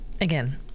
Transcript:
again